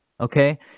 Okay